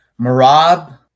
Marab